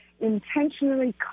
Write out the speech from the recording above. intentionally